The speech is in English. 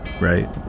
right